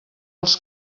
els